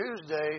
Tuesday